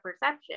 perception